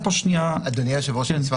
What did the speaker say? אדוני היושב-ראש, אני חושב